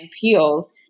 peels